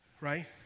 right